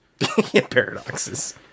paradoxes